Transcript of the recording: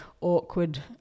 awkward